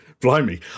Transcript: Blimey